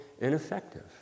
ineffective